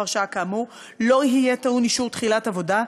הרשאה כאמור לא יהיה טעון אישור תחילת עבודה,